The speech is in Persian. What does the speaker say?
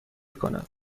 کند